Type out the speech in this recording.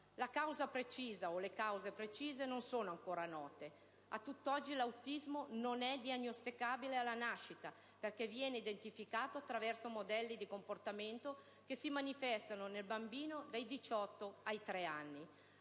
La causa o le cause precise non sono ancora note. A tutt'oggi l'autismo non è diagnosticabile alla nascita, perché viene identificato attraverso modelli di comportamento che si manifestano nel bambino dai 18 mesi ai 3 anni.